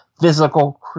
physical